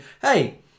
hey